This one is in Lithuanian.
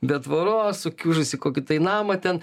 be tvoros sukiužusį kokį tai namą ten